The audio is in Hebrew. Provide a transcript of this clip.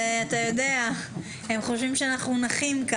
הם חושבים שאנחנו נחים.